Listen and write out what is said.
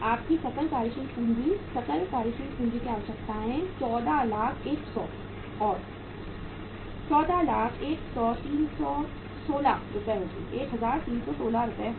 आपकी सकल कार्यशील पूंजी सकल कार्यशील पूंजी की आवश्यकताएं 14 लाख एक सौ और 1401316 होंगी